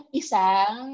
isang